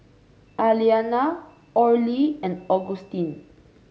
Aliana Orley and Augustin